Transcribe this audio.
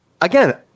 again